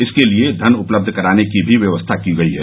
इसके लिए धन उपलब्ध कराने की भी व्यवस्था की गई है